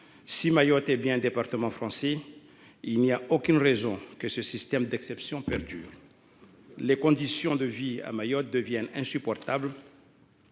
Si Mayotte est bien un département français, il n’y a aucune raison que ce système d’exception perdure ! Les conditions de vie sur l’île deviennent insupportables,